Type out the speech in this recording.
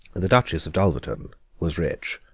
the duchess of dulverton was rich,